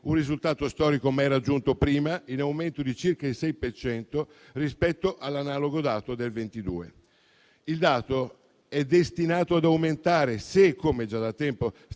risultato storico mai raggiunto prima, in aumento di circa il 6 per cento rispetto all'analogo dato del 2022. Il dato è destinato ad aumentare se, come già da tempo sta